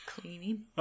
Cleaning